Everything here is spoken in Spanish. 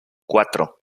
cuatro